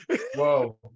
Whoa